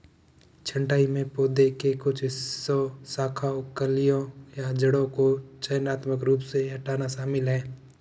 छंटाई में पौधे के कुछ हिस्सों शाखाओं कलियों या जड़ों को चयनात्मक रूप से हटाना शामिल है